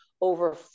over